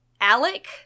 Alec